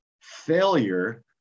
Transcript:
failure